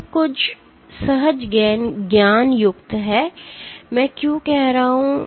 यह कुछ सहज ज्ञान युक्त है मैं क्यों कह रहा हूं